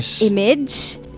image